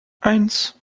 eins